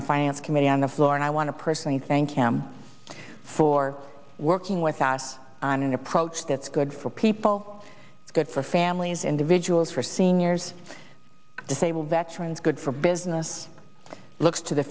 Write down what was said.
the finance committee on the floor and i want to personally thank him for working with us on an approach that's good for people good for families individuals for seniors disabled veterans good for business looks to the